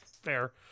Fair